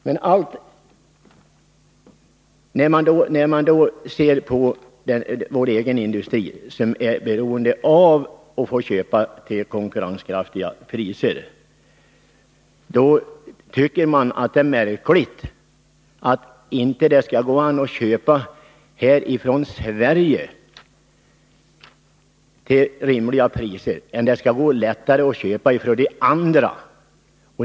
Men när man ser på vår egen industri som är beroende av att kunna köpa stål till konkurrenskraftiga priser, tycker man att det är märkligt att det inte skall gå att köpa detta stål här i Sverige till rimliga priser utan att det skall gå lättare att köpa det från andra länder.